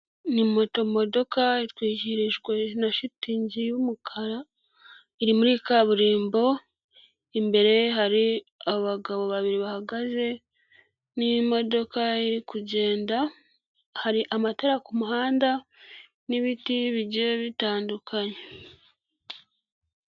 Ni moto modoka itwikihirijwe na shitingi y'umukara, iri muri kaburimbo, imbere hari abagabo babiri bahagaze n'imodoka iri kugenda, hari amatara ku muhanda n'ibiti bigiye bitandukanye.